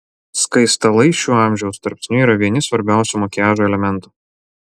skaistalai šiuo amžiaus tarpsniu yra vieni svarbiausių makiažo elementų